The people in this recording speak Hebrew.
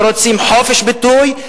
ורוצים חופש ביטוי,